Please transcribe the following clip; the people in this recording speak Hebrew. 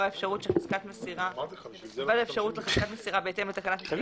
האפשרות שחזקת מסירה בהתאם לתקנת משנה (ג) תחול